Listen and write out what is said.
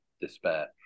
despair